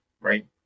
right